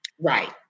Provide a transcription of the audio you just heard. Right